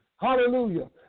Hallelujah